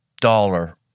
dollar